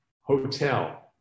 hotel